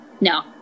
no